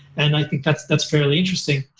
and i think that's that's fairly interesting.